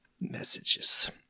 messages